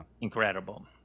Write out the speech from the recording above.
incredible